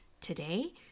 Today